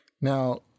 Now